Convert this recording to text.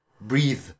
breathe